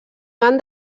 van